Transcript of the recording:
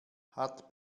hat